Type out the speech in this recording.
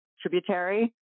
Tributary